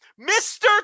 Mr